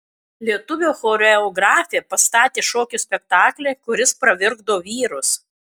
lietuvių choreografė pastatė šokio spektaklį kuris pravirkdo vyrus